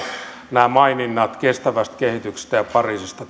nämä maininnat kestävästä kehityksestä ja pariisista